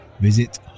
visit